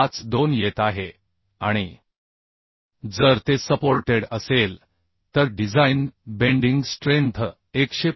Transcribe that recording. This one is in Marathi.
52 येत आहे आणि जर ते सपोर्टेड असेल तरडिझाइन बेंडिंग स्ट्रेंथ 125